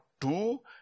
two